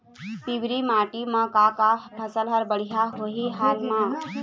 पिवरी माटी म का का फसल हर बढ़िया होही हाल मा?